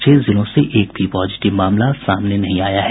छह जिलों से एक भी पॉजिटिव मामला सामने नहीं आया है